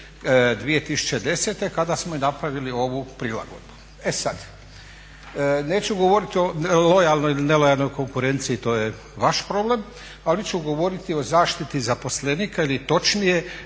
2010.kada smo i napravili ovu prilagodbu. E sad, neću govoriti o lojalnoj ili nelojalnoj konkurenciji, to je vaš problem, ali ću govoriti o zaštiti zaposlenika ili točnije